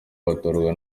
batorwa